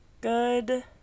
good